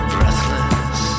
Breathless